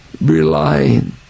relying